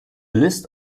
list